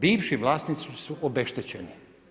Bivši vlasnici su obeštećeni.